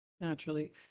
Naturally